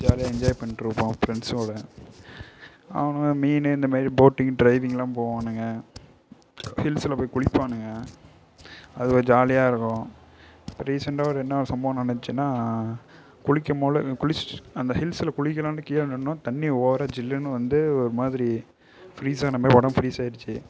ஜாலியாக என்ஜாய் பண்ணிட்டிருப்போம் ஃப்ரெண்ட்ஸ்ஸோடு அவுனுங்க மீன் இந்த மாதிரி போட்டிங் டிரைவிங்லாம் போவானுங்க ஹில்ஸில் போய் குளிப்பானுங்க அதில் ஜாலியாக இருக்கும் இப்போ ரீசண்டாக ஒரு என்ன ஒரு சம்பவம் நடந்துச்சுனால் குளிக்கும் போது குளிச் அந்த ஹில்ஸில் குளிக்கலாம்னு கீழே நின்றோம் தண்ணி ஓவராக ஜில்லுனு வந்து ஒரு மாதிரி ஃப்ரீஸ் ஆன மாதிரி உடம்பு ஃப்ரீஸ் ஆயிடுச்சு